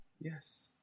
Yes